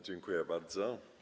Dziękuję bardzo.